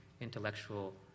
intellectual